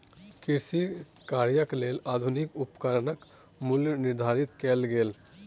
कृषि कार्यक लेल आधुनिक उपकरणक मूल्य निर्धारित कयल गेल